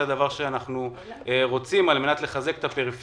זה מה שאנחנו רוצים על מנת לחזק את הפריפריה,